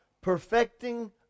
Perfecting